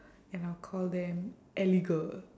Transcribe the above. and I'll call them eleger